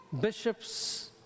bishops